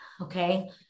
okay